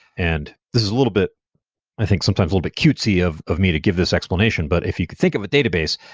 and this is a little bit i think sometimes a little bit cutesy of of me to give this explanation. but if you could think of a database,